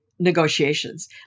Negotiations